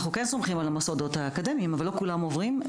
אנחנו כן סומכים על המוסדות האקדמיים אבל לא כולם עוברים,